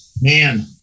man